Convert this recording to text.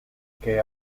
que